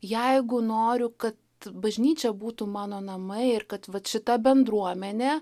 jeigu noriu kad bažnyčia būtų mano namai ir kad vat šita bendruomenė